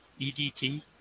EDT